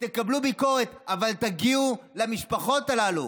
תקבלו ביקורת, אבל תגיעו למשפחות הללו.